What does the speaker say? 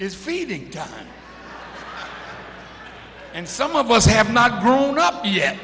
is feeding time and some of us have not grown up ye